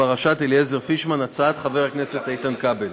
בפרשת אליעזר פישמן, הצעת חבר הכנסת איתן כבל.